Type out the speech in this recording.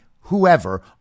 whoever